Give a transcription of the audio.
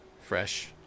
fresh